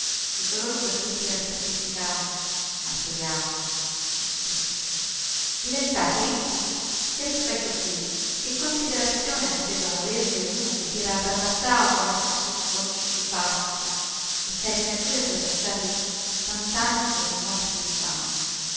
di coloro per cui si era sacrificato martoriato distrutto diventati ricchi che rispetto più che considerazione potevano avere per uno che si era arrabattato a metter su sconci pupazzi e caricature per lasciarli tant'anni quasi morti di fame